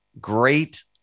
great